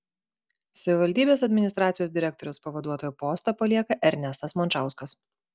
savivaldybės administracijos direktoriaus pavaduotojo postą palieka ernestas mončauskas